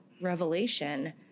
revelation